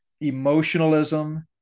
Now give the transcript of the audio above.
emotionalism